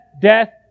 death